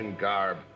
garb